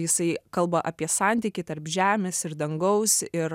jisai kalba apie santykį tarp žemės ir dangaus ir